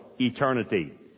eternity